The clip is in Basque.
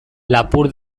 lapur